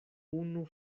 unu